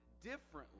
differently